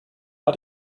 war